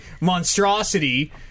monstrosity